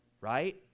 right